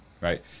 right